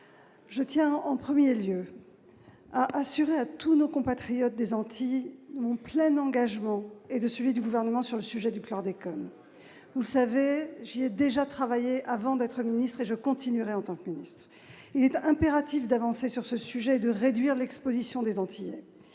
je tiens en 1er lieu à assurer à tous nos compatriotes des Antilles plein engagement et de suivi du gouvernement sur le sujet du chlordécone ou savez j'ai déjà travaillé avant d'être ministre et je continuerai en tant que ministre, il est impératif d'avancer sur ce sujet, de réduire l'Exposition des Antilles,